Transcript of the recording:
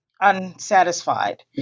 unsatisfied